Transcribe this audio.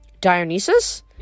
Dionysus